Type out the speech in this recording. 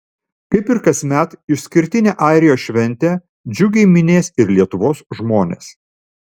kaip ir kasmet išskirtinę airijos šventę džiugiai minės ir lietuvos žmonės